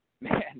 Man